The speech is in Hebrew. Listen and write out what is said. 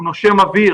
הוא נושם אוויר,